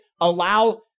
Allow